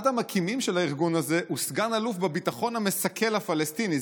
אחד המקימים של הארגון הזה הוא סגן-אלוף בביטחון המסכל הפלסטיני.